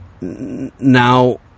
now